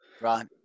Right